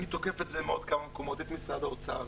אני תוקף את זה מעוד כמה מקומות את משרד האוצר